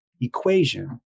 equation